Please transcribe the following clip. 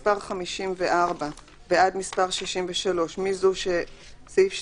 מהסתייגות מספר 54 ועד מספר 63, מסעיף 2(ד)